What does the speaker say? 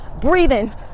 breathing